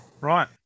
Right